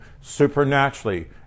supernaturally